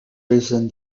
reason